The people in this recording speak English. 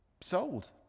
sold